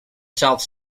south